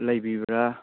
ꯂꯩꯕꯤꯕ꯭ꯔꯥ